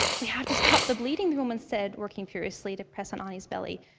we have to stop the bleeding, the woman said, working furiously to press on anie's belly,